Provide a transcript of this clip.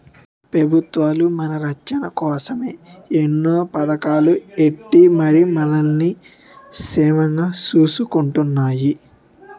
పెబుత్వాలు మన రచ్చన కోసమే ఎన్నో పదకాలు ఎట్టి మరి మనల్ని సేమంగా సూసుకుంటున్నాయి